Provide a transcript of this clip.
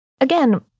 Again